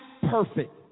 perfect